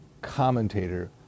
commentator